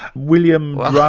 william a.